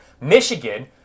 Michigan